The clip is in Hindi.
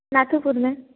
नाथूपुर में